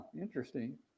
interesting